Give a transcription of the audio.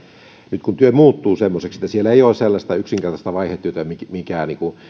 nyt työ muuttuu semmoiseksi että siellä ei ole sellaista yksinkertaista vaihetta mikä